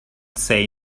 say